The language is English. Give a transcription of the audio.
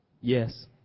Yes